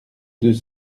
deux